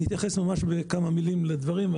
אתייחס בכמה מילים לדברים.